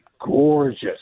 gorgeous